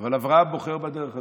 אבל אברהם בוחר בדרך הזאת,